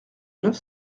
neuf